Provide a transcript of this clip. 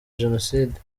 jenoside